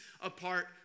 apart